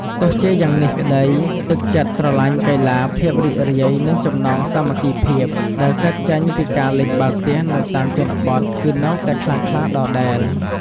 ទោះជាយ៉ាងនេះក្ដី ទឹកចិត្តស្រឡាញ់កីឡា ភាពរីករាយ និងចំណងសាមគ្គីភាពដែលកើតចេញពីការលេងបាល់ទះនៅតាមជនបទគឺនៅតែខ្លាំងក្លាដដែល។